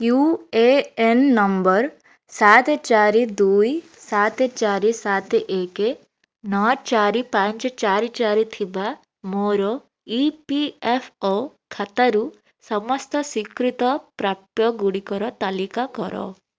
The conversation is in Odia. ୟୁ ଏ ଏନ୍ ନମ୍ବର ସାତ ଚାରି ଦୁଇ ସାତ ଚାରି ସାତ ଏକ ନଅ ଚାରି ପାଞ୍ଚ ଚାରି ଚାରି ଥିବା ମୋର ଇ ପି ଏଫ୍ ଓ ଖାତାରୁ ସମସ୍ତ ସ୍ଵୀକୃତ ପ୍ରାପ୍ୟଗୁଡ଼ିକର ତାଲିକା କର